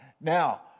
Now